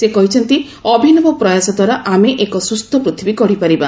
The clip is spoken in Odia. ସେ କହିଛନ୍ତି ଅଭିନବ ପ୍ରୟାସ ଦ୍ୱାରା ଆମେ ଏକ ସ୍ୱସ୍ଥ ପୃଥିବୀ ଗଢ଼ିପାରିବା